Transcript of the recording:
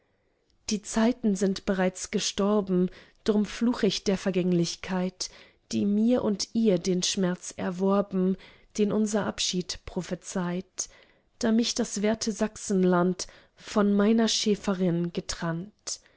die zeiten sind bereits gestorben drum fluch ich der vergänglichkeit die mir und ihr den schmerz erworben den unser abschied prophezeit da mich das werte sachsenland von meiner schäferin getrannt